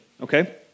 Okay